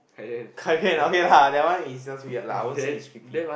Kai-Yuan okay lah that one is just weird lah I won't say he's creepy